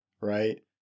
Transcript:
right